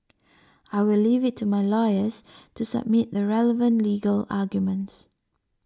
I will leave it to my lawyers to submit the relevant legal arguments